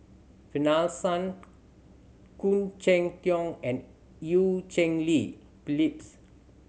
Finlayson Khoo Cheng Tiong and Eu Cheng Li Phyllis